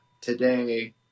today